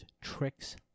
Tricks